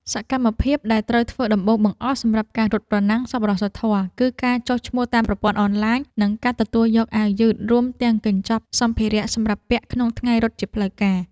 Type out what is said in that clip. សកម្មភាពដែលត្រូវធ្វើដំបូងបង្អស់សម្រាប់ការរត់ប្រណាំងសប្បុរសធម៌ គឺការចុះឈ្មោះតាមប្រព័ន្ធអនឡាញ និងការទទួលយកអាវយឺត រួមទាំងកញ្ចប់សម្ភារៈសម្រាប់ពាក់ក្នុងថ្ងៃរត់ជាផ្លូវការ។